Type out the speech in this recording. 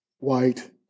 white